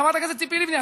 חברת הכנסת ציפי לבני,